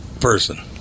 person